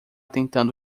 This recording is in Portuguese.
tentando